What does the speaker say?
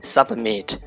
Submit